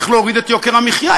איך להוריד את יוקר המחיה,